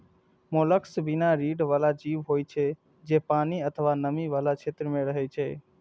mollusc बिना रीढ़ बला जीव होइ छै, जे पानि अथवा नमी बला क्षेत्र मे रहै छै